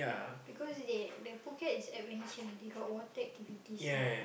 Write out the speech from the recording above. because they the Phuket is adventure they got water activities there